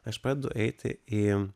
aš pradedu eiti į